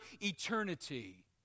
eternity